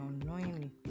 unknowingly